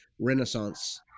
renaissance